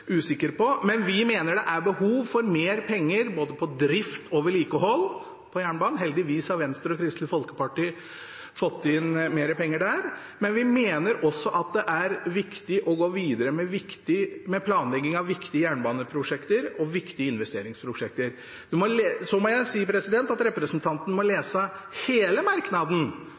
usikker på. Vi mener det er behov for mer penger til både drift og vedlikehold av jernbane. Heldigvis har Venstre og Kristelig Folkeparti fått inn mer penger der. Men vi mener også at det er viktig å gå videre med planlegging av viktige jernbaneprosjekter og viktige investeringsprosjekter. Så må jeg si at representanten må lese hele merknaden,